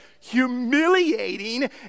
humiliating